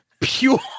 pure